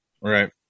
Right